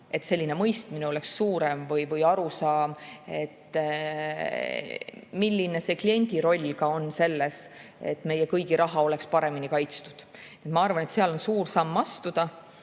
et selline mõistmine oleks suurem või arusaam, milline see kliendiroll ka on selles, et meie kõigi raha oleks paremini kaitstud. Ma arvan, et seal on suur samm astuda.